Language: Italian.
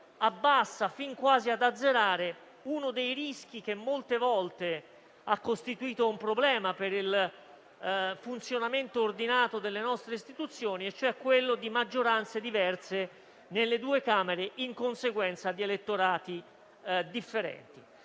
abbassa, fin quasi ad azzerare, uno dei rischi che molte volte ha costituito un problema per il funzionamento ordinato delle nostre istituzioni, cioè quello di maggioranze diverse nelle due Camere in conseguenza di elettorati differenti.